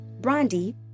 Brandy